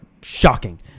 shocking